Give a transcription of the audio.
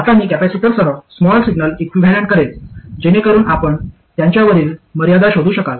आता मी कॅपेसिटरसह स्मॉल सिग्नल इक्विव्हॅलेंट करेल जेणेकरुन आपण त्यांच्यावरील मर्यादा शोधू शकाल